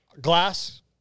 Glass